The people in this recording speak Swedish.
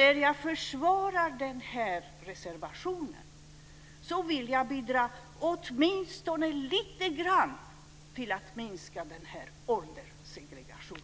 När jag försvarar den här reservationen vill jag åtminstone bidra lite grann till att minska denna ålderssegregation.